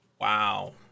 Wow